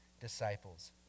disciples